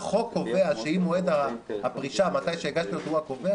החוק קובע שאם מועד הפרישה, מתי שהגשנו הוא הקובע?